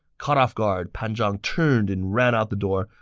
caught off guard, pan zhang turned and ran out the door,